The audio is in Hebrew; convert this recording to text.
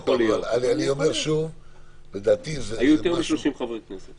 היו יותר מ-30 חברי כנסת.